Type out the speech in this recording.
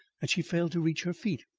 that she failed to reach her feet,